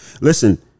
listen